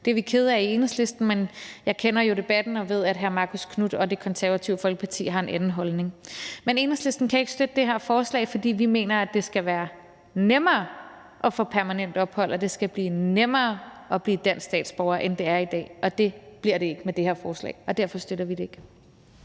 er vi kede af i Enhedslisten, men jeg kender jo debatten og ved, at hr. Marcus Knuth og Det Konservative Folkeparti har en anden holdning. Men Enhedslisten kan ikke støtte det her forslag, fordi vi mener, det skal være nemmere at få permanent opholdstilladelse, og det skal være nemmere at blive dansk statsborger, end det er i dag. Og det bliver det ikke med det her forslag, og derfor støtter vi det ikke.